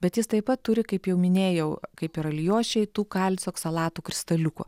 bet jis taip pat turi kaip jau minėjau kaip ir alijošiai tų kalcio oksalatų kristaliukų